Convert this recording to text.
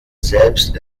selbst